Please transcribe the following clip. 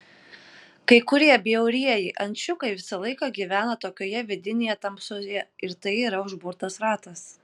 kai kurie bjaurieji ančiukai visą laiką gyvena tokioje vidinėje tamsoje ir tai yra užburtas ratas